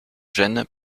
gène